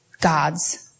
God's